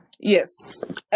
yes